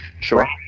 Sure